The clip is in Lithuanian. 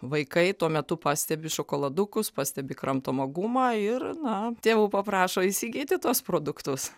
vaikai tuo metu pastebi šokoladukus pastebi kramtomą gumą ir na tėvų paprašo įsigyti tuos produktus